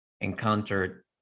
encountered